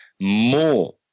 more